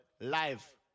live